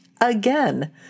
again